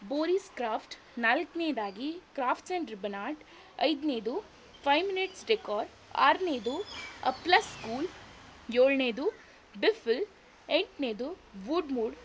Boris craft ನಾಲ್ಕನೇದಾಗಿ crafts and ribbon art ಐದನೇದು five minutes decor ಆರನೇದು ಅಪ್ಲಸ್ ಸ್ಕೂಲ್ ಏಳನೆದು ಬಿಫಲ್ ಎಂಟನೇದು ಬೂಡ್ ಮೂಡ್